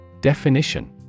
Definition